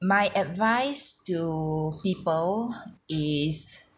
my advice to people is